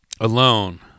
alone